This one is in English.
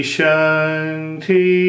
Shanti